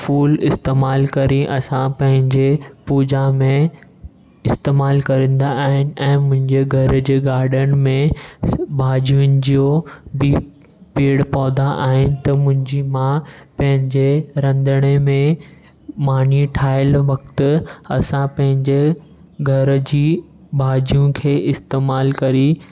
फूल इस्तेमालु करे असां पंहिंजे पूजा में इस्तेमलु करंदा आहिनि ऐं मुंहिंजे घर जे गाडन में भाॼियुनि जो बि पेड़ पौधा आहिनि त मुंहिंजी माउ पंहिंजे रंधिणे में मानी ठाहिनि वक़्त असां पंहिंजे घर जी भाॼियूं खे इस्तेमालु करी